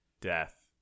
death